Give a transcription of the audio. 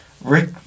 Rick